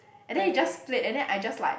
and then it just played and then I just like